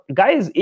guys